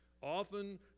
often